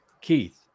keith